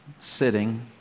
sitting